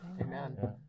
Amen